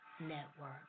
Network